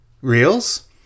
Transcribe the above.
reels